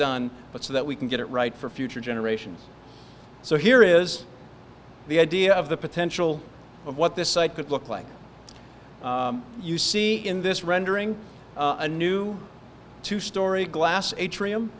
done but so that we can get it right for future generations so here is the idea of the potential of what this site could look like you see in this rendering a new two story glass atrium